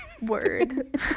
word